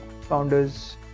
founders